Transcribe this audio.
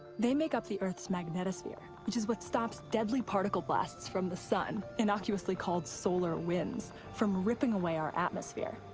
they make up the earth's magnetosphere, which is what stops deadly particle blasts from the sun, innocuously called solar winds, from ripping away our atmosphere.